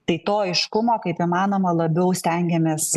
tai to aiškumo kaip įmanoma labiau stengiamės